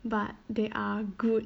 but they are good